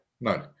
No